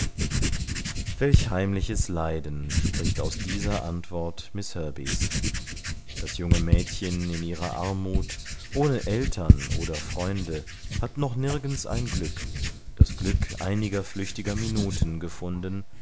welch heimliches leiden spricht aus dieser antwort miß herbey's das junge mädchen in ihrer armuth ohne eltern oder freunde hat noch nirgends ein glück das glück einiger flüchtiger minuten gefunden